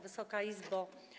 Wysoka Izbo!